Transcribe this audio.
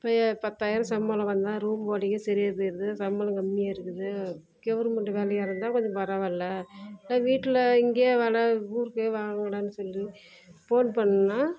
இப்பயே பத்தாயிரம் சம்பளம் வந்தால் ரூம் வாடகையே சரியாக போயிருது சம்பளம் கம்மியாக இருக்குது கெவர்மெண்ட்டு வேலையாக இருந்தால் கொஞ்சம் பரவாயில்லை இல்லை வீட்டில் இங்கேயே வாடா ஊருக்கே வாங்கடானு சொல்லி ஃபோன் பண்ணினா